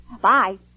Bye